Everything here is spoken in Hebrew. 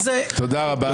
תודה רבה.